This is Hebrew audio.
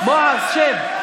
בועז, שב.